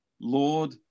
Lord